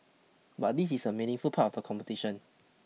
but this is a meaningful part of the competition